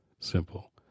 simple